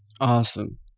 awesome